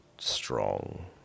Strong